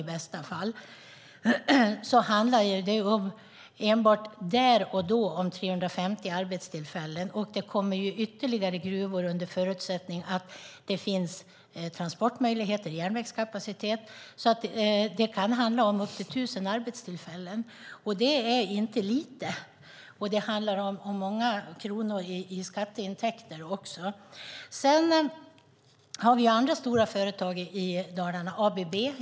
Enbart där och då handlar det om 350 arbetstillfällen. Och det kommer ytterligare gruvor under förutsättning att det finns transportmöjligheter och järnvägskapacitet. Då kan det handla om upp till 1 000 arbetstillfällen, och det är inte lite. Det blir många kronor i skatteintäkter. Vi har andra stora företag i Dalarna, till exempel ABB.